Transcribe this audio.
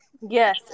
Yes